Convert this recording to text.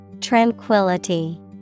Tranquility